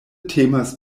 temas